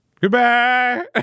Goodbye